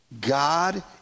God